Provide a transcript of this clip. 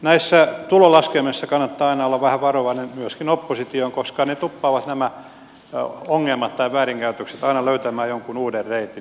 näissä tulolaskelmissa kannattaa aina olla vähän varovainen myöskin opposition koska nämä ongelmat tai väärinkäytökset tuppaavat aina löytämään jonkun uuden reitin